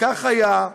וכך היה,